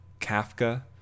Kafka